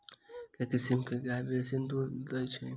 केँ किसिम केँ गाय बेसी दुध दइ अछि?